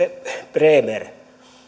bremer